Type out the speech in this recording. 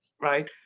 right